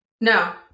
No